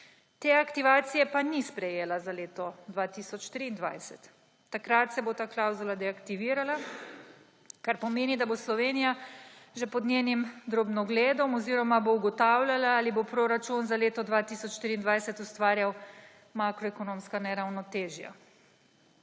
Te aktivacije pa ni sprejela za leto 2023. Takrat se bo ta klavzula deaktivirala, kar pomeni, da bo Slovenija že pod njenim drobnogledom oziroma bo ugotavljala, ali bo proračun za leto 2023 ustvarjal makroekonomska neravnotežja.